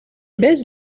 baise